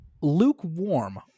lukewarm